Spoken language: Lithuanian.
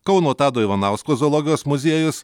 kauno tado ivanausko zoologijos muziejus